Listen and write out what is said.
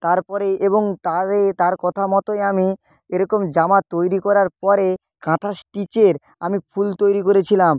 তারপরে এবং তারে তার কথা মতোই আমি এরকম জামা তৈরি করার পরে কাঁথা স্টিচের আমি ফুল তৈরি করেছিলাম